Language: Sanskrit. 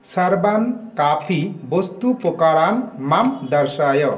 सर्वान् कापी वस्तुप्रकारान् मां दर्शय